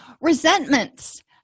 Resentments